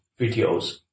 videos